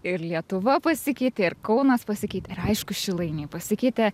ir lietuva pasikeitė ir kaunas pasikeitė ir aišku šilainiai pasikeitė